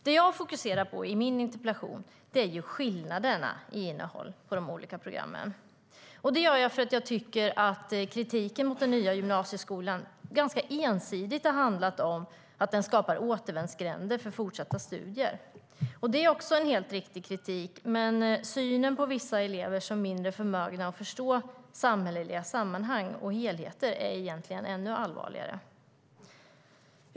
Det jag fokuserar på i min interpellation är skillnaderna i innehåll på de olika programmen. Det gör jag för att jag tycker att kritiken mot den nya gymnasieskolan ganska ensidigt har handlat om att den skapar återvändsgränder för fortsatta studier. Det är en helt riktig kritik, men synen på vissa elever som mindre förmögna att förstå samhälleliga sammanhang och helheter är egentligen allvarligare.